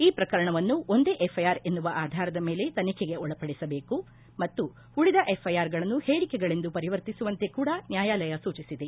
ಈ ಪ್ರಕರಣವನ್ನು ಒಂದೇ ಎಫ್ಐಆರ್ ಎನ್ನುವ ಆಧಾರದ ಮೇಲೆ ತನಿಖೆಗೆ ಒಳಪಡಿಸಬೇಕು ಮತ್ತು ಉಳಿದ ಎಫ್ಐಆರ್ಗಳನ್ನು ಹೇಳಿಕೆಗಳೆಂದು ಪರಿವರ್ತಿಸುವಂತೆ ಕೂಡ ನ್ಯಾಯಾಲಯ ಸೂಚಿಸಿದೆ